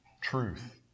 Truth